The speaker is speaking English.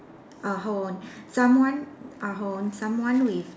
err hold on someone uh hold on someone with